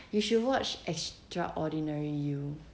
you should watch extraordinary you